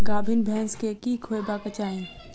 गाभीन भैंस केँ की खुएबाक चाहि?